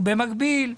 ובמקביל,